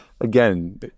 Again